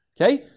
Okay